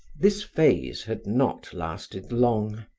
this phase had not lasted long.